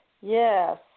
Yes